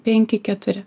penki keturi